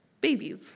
babies